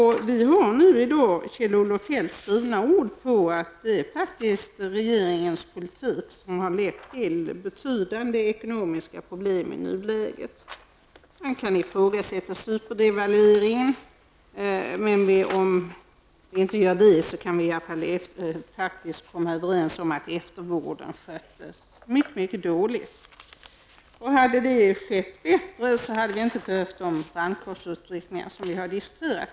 I dag har vi Kjell-Olof Feldts skrivna ord på att det i nuläget faktiskt är regeringens politik som har lett till betydande ekonomiska problem. Man kan ifrågasätta superdevalveringen. Gör vi inte det kan vi alla fall komma överens om att eftervården sköttes mycket dåligt. Hade vi handlat bättre hade vi inte behövt de brandkårsutryckningar som vi diskuterat.